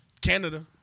Canada